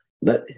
let